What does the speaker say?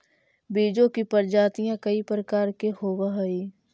बीजों की प्रजातियां कई प्रकार के होवअ हई